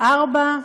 ארבע?